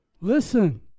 Listen